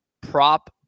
prop